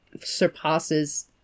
surpasses